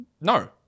No